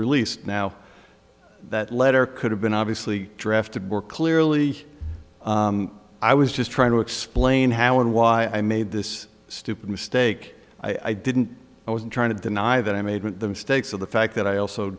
released now that letter could have been obviously drafted were clearly i was just trying to explain how and why i made this stupid mistake i didn't i wasn't trying to deny that i made the mistakes of the fact that i also